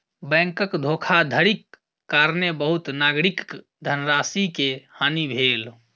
बैंकक धोखाधड़ीक कारणेँ बहुत नागरिकक धनराशि के हानि भेल